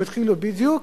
הם התחילו בדיוק